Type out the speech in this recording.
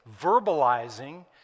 verbalizing